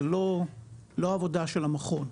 זה לא העבודה של המכון.